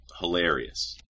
hilarious